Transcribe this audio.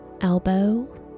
elbow